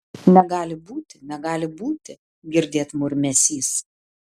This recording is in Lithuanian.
negali būti negali būti girdėt murmesys